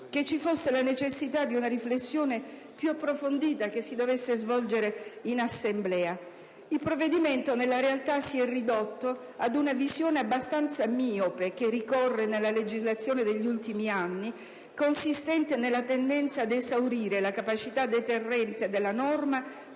che ci fosse la necessità di una riflessione più approfondita che si dovesse svolgere in Assemblea. Il provvedimento, nella realtà, si è ridotto ad una visione abbastanza miope, che ricorre nella legislazione degli ultimi anni, consistente nella tendenza ad esaurire la capacità deterrente della norma